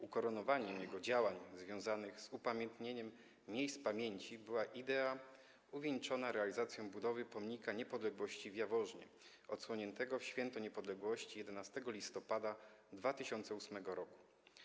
Ukoronowaniem jego działań związanych z upamiętnieniem miejsc pamięci była idea uwieńczona realizacją budowy pomnika Niepodległości w Jaworznie, odsłoniętego w święto niepodległości 11 listopada 2008 r.